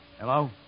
Hello